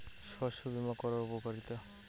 শস্য বিমা করার উপকারীতা?